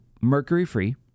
mercury-free